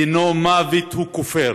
דינו מוות, הוא כופר.